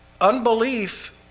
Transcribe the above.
unbelief